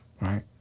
Right